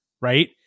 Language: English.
right